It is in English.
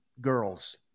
girls